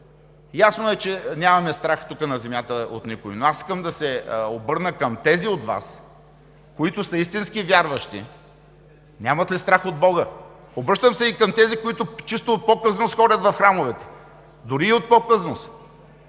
Ясно е, че нямаме страх тук на Земята от никого, но аз искам да се обърна към тези от Вас, които са истински вярващи: нямате ли страх от Бога? Обръщам се и към тези, които от чиста показност ходят в храмовете: на какво